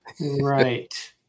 Right